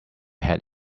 had